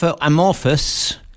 Amorphous